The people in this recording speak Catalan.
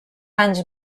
anys